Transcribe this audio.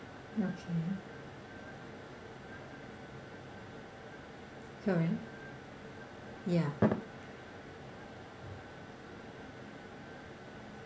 okay correct ya